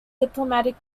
diplomatic